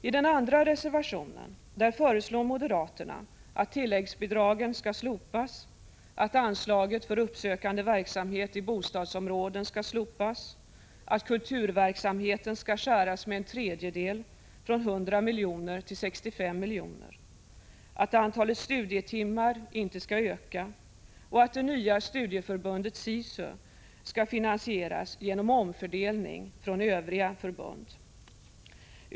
I den andra reservationen föreslår moderaterna att tilläggsbidragen skall slopas, att anslaget för uppsökande verksamhet i bostadsområden skall slopas, att kulturverksamheten skall skäras ned med en tredjedel från 100 milj.kr. till 65 milj.kr., att antalet studietimmar inte skall öka, och att det nya studieförbundet SISU skall finansieras genom omfördelning från övriga förbund.